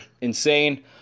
insane